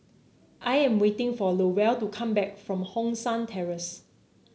I'm waiting for Lowell to come back from Hong San Terrace